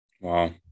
wow